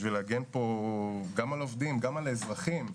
בשביל להגן פה גם על עובדים, גם על אזרחים,